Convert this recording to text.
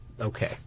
okay